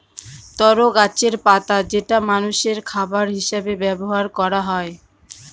তরো গাছের পাতা যেটা মানষের খাবার হিসেবে ব্যবহার করা হয়